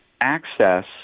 access